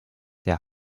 der